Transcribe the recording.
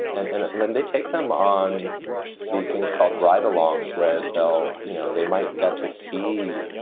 and then they take them on these things called ride alongs where they'll, you know, they might get to see,